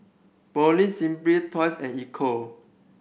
Poulet Simply Toys and Ecco